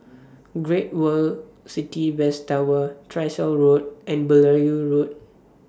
Great World City West Tower Tyersall Road and Beaulieu Road